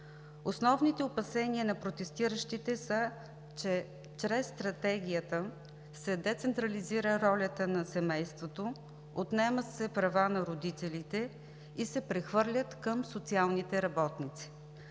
Основните опасения на протестиращите са, че чрез Стратегията се децентрализира ролята на семейството, отнемат се правата на родителите и се прехвърлят към социалните работници.